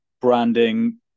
branding